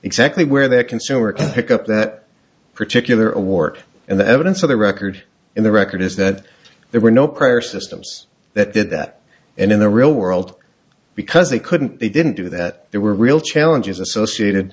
exactly where that consumer can pick up that particular award and the evidence of the record in the record is that there were no prior systems that did that and in the real world because they couldn't they didn't do that there were real challenges associated